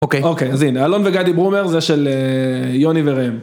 אוקיי אוקיי אז הנה אלון וגדי ברומר זה של יוני וראם.